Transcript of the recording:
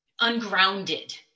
ungrounded